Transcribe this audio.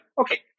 Okay